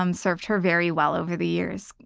um served her very well over the years,